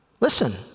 listen